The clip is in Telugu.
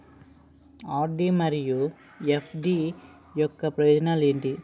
ఆర్.డి మరియు ఎఫ్.డి యొక్క ప్రయోజనాలు ఏంటి?